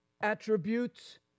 attributes